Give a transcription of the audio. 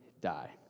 die